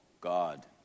God